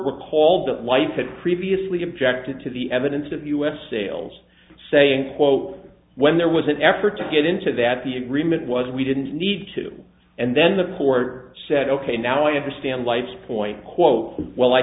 recalled that life had previously objected to the evidence of u s sales saying quote when there was an effort to get into that the agreement was we didn't need to and then the court said ok now i understand lights point quote well i